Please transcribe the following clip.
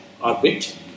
orbit